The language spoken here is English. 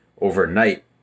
overnight